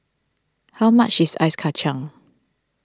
how much is Ice Kacang